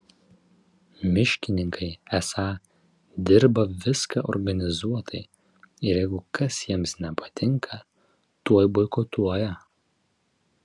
miškininkai esą dirba viską organizuotai ir jeigu kas jiems nepatinka tuoj boikotuoja